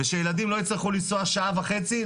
ושילדים לא יצטרכו לנסוע שעה וחצי כדי